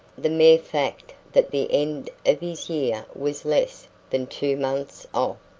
the mere fact that the end of his year was less than two months off,